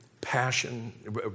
passion